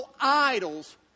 idols